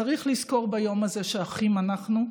צריך לזכור ביום הזה שאחים אנחנו,